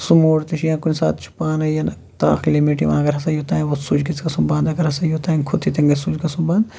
سُہ موڈ تہِ چھُ یا کُنہِ ساتہٕ چھُ پانے یِنہٕ اکھ لِمٹ یِوان اگر ہسا یوٚتام وصوٗلۍ گژھٮ۪س بَنٛد ہسا اگر یوٚتانۍ کھوٚت تہٕ ییٚتٮ۪ن گژھِ سوٚچ گژھُن بَنٛد